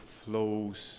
flows